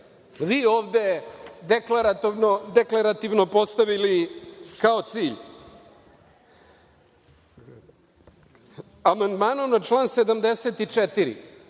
vi ovde deklarativno postavili kao cilj. Amandmanom na član 74.